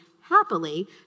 happily